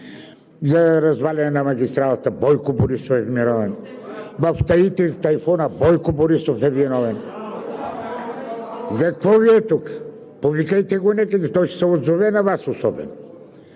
за развалянето на магистралата Бойко Борисов е виновен, в Таити – с тайфуна, Бойко Борисов е виновен?! За какво Ви е тук? Повикайте го някъде и той ще се отзове – на Вас особено.